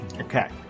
Okay